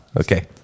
Okay